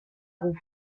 roue